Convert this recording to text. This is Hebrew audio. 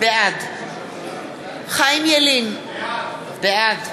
בעד חיים ילין, בעד